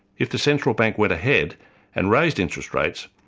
if the central bank went ahead and raised interests rates,